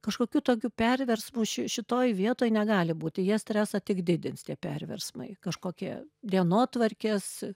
kažkokių tokių perversmų ši šitoj vietoj negali būti jie stresą tik didins tie perversmai kažkokie dienotvarkės